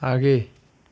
आगे